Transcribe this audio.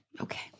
Okay